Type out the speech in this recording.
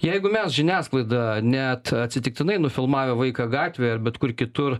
jeigu mes žiniasklaida net atsitiktinai nufilmavę vaiką gatvėje ar bet kur kitur